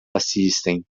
assistem